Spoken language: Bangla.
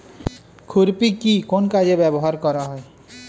খুরপি কি কোন কাজে ব্যবহার করা হয়?